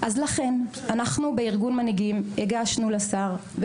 לכן אנחנו בארגון מנהיגים הגשנו לשר,